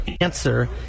answer